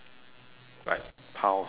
like tiles okay